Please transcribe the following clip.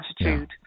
attitude